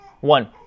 One